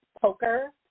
poker